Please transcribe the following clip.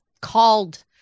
called